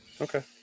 Okay